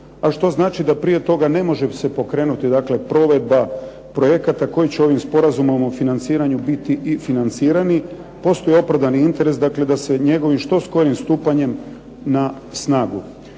a što znači da prije toga ne može se pokrenuti dakle provedba projekata koji će ovim Sporazumom o financiranju biti i financirani. Postoji opravdani interes, dakle da se njegovim što skorim stupanjem na snagu.